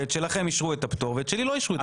לחוק שלכם אישרו את הפטור ולשלי לא אישרו את הפטור.